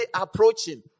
approaching